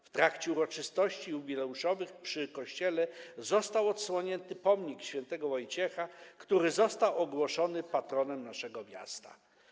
W trakcie uroczystości jubileuszowych przy kościele został odsłonięty pomnik św. Wojciecha, który został ogłoszony patronem naszego miasta.